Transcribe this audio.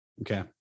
Okay